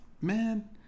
man